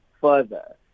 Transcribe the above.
further